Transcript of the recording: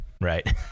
right